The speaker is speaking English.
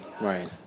Right